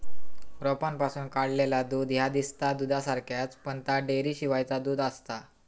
रोपांपासून काढलेला दूध ह्या दिसता दुधासारख्याच, पण ता डेअरीशिवायचा दूध आसता